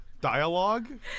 Dialogue